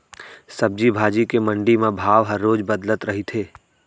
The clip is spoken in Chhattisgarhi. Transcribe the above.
सब्जी भाजी के मंडी म भाव ह रोज बदलत रहिथे